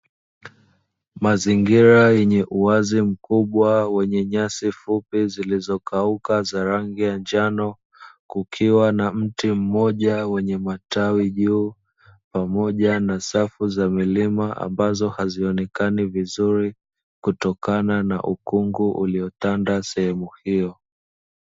Mazingira yenye uwazi mkubwa wenye nyasi fupi zilizokauka za rangi ya njano, kukiwa na mti mmoja wenye matawi juu, pamoja na safu za milima ambazo hazionekani vizuri, kutokana na ukungu uliotanda sehemu hiyo.